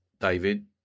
David